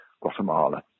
Guatemala